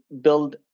build